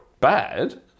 bad